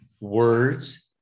words